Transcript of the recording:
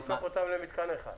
זה הופך אותם למתקן אחד.